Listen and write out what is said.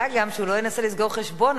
מה גם שהוא לא ינסה לסגור חשבון,